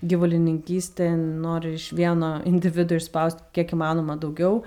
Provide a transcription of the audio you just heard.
gyvulininkystė nori iš vieno individo išspaust kiek įmanoma daugiau